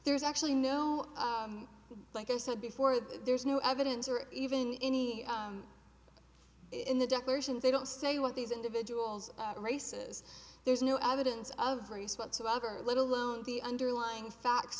there's actually no like i said before that there's no evidence or even any in the declaration they don't say what these individuals races there's no evidence of race whatsoever let alone the underlying facts